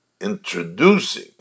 introducing